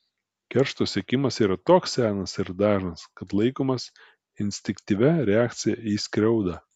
keršto siekimas yra toks senas ir dažnas kad laikomas instinktyvia reakcija į skriaudą